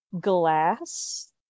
glass